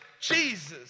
Jesus